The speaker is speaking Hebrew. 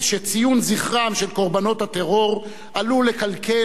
קורבנות הטרור עלול "לקלקל את החגיגה",